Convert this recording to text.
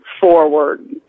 forward